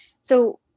So-